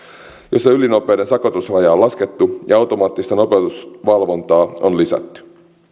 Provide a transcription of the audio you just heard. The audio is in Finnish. jossa ylinopeuden sakotusrajaa on laskettu ja automaattista nopeusvalvontaa on lisätty